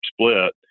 split